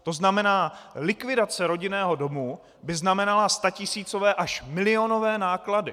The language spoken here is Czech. To znamená, likvidace rodinného domu by znamenala statisícové až milionové náklady.